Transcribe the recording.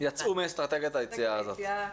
יצאו מאסטרטגיית היציאה הזאת.